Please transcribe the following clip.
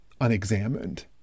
unexamined